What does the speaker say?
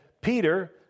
Peter